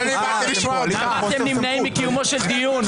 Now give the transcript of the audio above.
למה אתם נמנעים מקיומו של דיון?